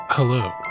Hello